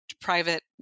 private